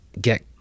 get